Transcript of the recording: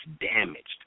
damaged